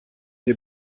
wir